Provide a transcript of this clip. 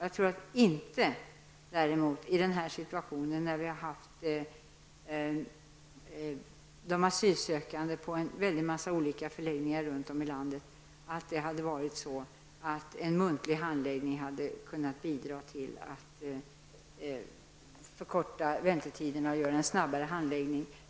Jag tror däremot inte i den situation som vi nu har haft, med asylsökande på ett stort antal förläggningar runt om i landet, att en muntlig handläggning hade kunnat bidra till att förkorta väntetiderna och ge en snabbare handläggning.